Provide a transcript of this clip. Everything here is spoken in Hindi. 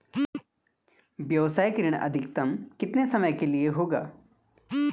व्यावसायिक ऋण अधिकतम कितने समय के लिए होगा?